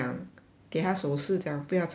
给她手势讲不要吵你 eh